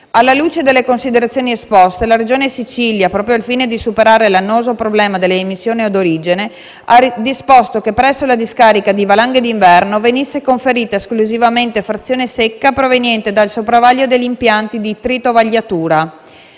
Alla luce delle considerazioni esposte, la Regione Sicilia, proprio al fine di superare l'annoso problema delle emissioni odorigene, ha disposto che presso la discarica Valanghe d'inverno venisse conferita esclusivamente frazione secca proveniente dal sopravaglio degli impianti di tritovagliatura.